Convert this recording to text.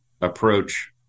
approach